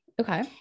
okay